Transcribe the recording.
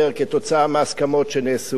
כתוצאה מההסכמות שנעשו,